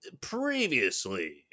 Previously